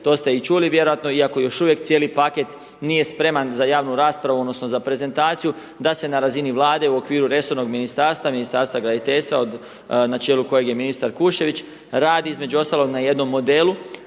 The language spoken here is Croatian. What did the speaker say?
to ste i čuli vjerojatno iako još uvijek cijeli paket nije spreman za javnu raspravu odnosno za prezentaciju da se na razini Vlade u okviru resornog ministarstva, Ministarstva graditeljstva na čelu kojeg je ministar Kuščević radi između ostaloga na jednom modelu